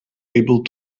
able